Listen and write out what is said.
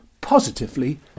positively